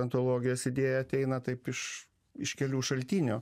antologijos idėja ateina taip iš iš kelių šaltinių